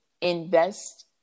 invest